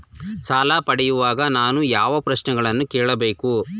ಸಾಲ ಪಡೆಯುವಾಗ ನಾನು ಯಾವ ಪ್ರಶ್ನೆಗಳನ್ನು ಕೇಳಬೇಕು?